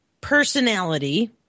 personality